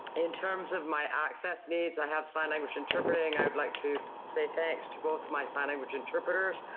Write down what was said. in terms of my access needs, i have sign language interpreting. i would like to say thanks to both my sign language interpreters.